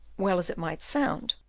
well as it might sound,